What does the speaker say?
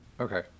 Okay